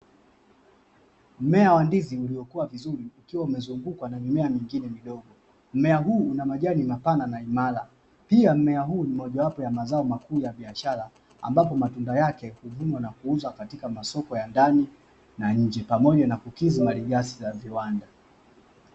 Mmea wa ndizi uliokuwa vizuri ukiwa umezungukwa na mimea mingine midogo. Mmea huu una majani mapana na imara, pia mmea huu ni mojawapo wa mazao makuu ya biashara ambapo matunda yake huvunwa na kuuzwa katika masoko ya ndani na nje; pamoja na kukidhi malighafi za viwanda.